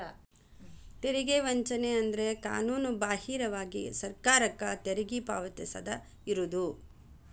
ತೆರಿಗೆ ವಂಚನೆ ಅಂದ್ರ ಕಾನೂನುಬಾಹಿರವಾಗಿ ಸರ್ಕಾರಕ್ಕ ತೆರಿಗಿ ಪಾವತಿಸದ ಇರುದು